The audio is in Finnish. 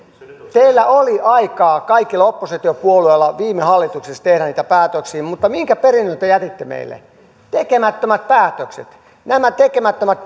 teillä oli aikaa kaikilla oppositiopuolueilla viime hallituksessa tehdä niitä päätöksiä mutta minkä perinnön te jätitte meille tekemättömät päätökset nämä tekemättömät